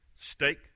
Steak